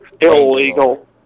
Illegal